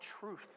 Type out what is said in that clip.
truth